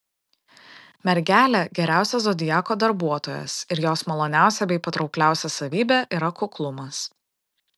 mergelė geriausias zodiako darbuotojas ir jos maloniausia bei patraukliausia savybė yra kuklumas